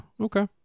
okay